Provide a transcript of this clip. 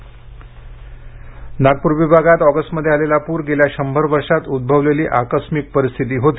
नागपूर हानी नागपूर विभागात ऑगस्टमध्ये आलेला पूर गेल्या शंभर वर्षात उद्भवलेली आकस्मिक परिस्थिती होती